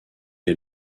est